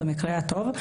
במקרה הטוב,